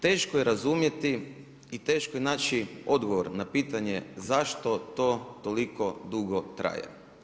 Teško je razumjeti i teško je naći odgovor na pitanje zašto to toliko dugo traje.